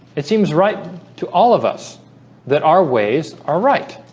it seems right to all of us that our ways are right